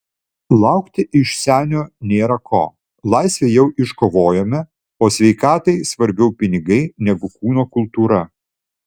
laukti iš senio nėra ko laisvę jau iškovojome o sveikatai svarbiau pinigai negu kūno kultūra